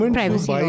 privacy